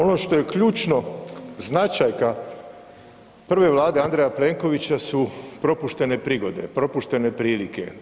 Ono što je ključno značajka prve vlade Andreja Plenkovića su propuštene prigode, propuštene prilike.